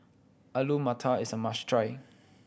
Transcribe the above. Alu Matar is a must try